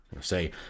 Say